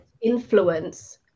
Influence